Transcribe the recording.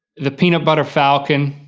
the peanut butter falcon,